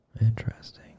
interesting